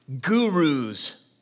gurus